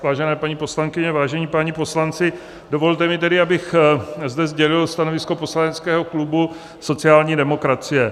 Vážené paní poslankyně, vážení páni poslanci, dovolte mi tedy, abych zde sdělil stanovisko poslaneckého klubu sociální demokracie.